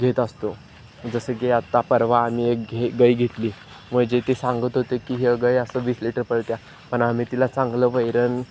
घेत असतो जसं की आत्ता परवा आम्ही एक घे गाय घेतली म्हणजे ते सांगत होते की ह्या गाय असं वीस लिटर पळते पण आम्ही तिला चांगलं वैरण